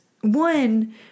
one